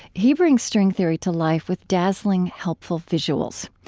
he brings string theory to life with dazzling, helpful visuals.